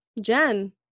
Jen